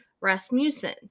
rasmussen